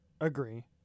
agree